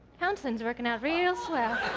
counseling's working out real swell.